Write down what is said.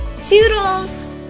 toodles